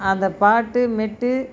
அந்த பாட்டு மெட்டு